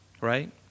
Right